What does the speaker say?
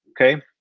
Okay